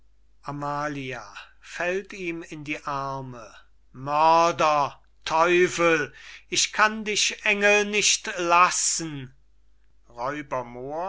arme mörder teufel ich kann dich engel nicht lassen